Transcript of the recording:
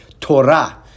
Torah